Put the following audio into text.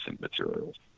materials